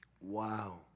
Wow